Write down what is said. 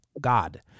God